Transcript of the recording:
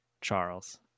Charles